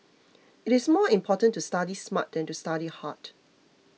it is more important to study smart than to study hard